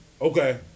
Okay